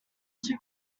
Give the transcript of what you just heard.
two